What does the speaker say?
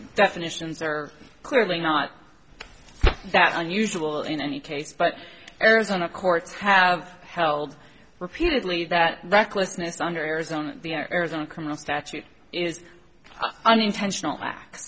definitions are clearly not that unusual in any case but arizona courts have held repeatedly that that closeness under arizona the arizona criminal statute is an intentional ac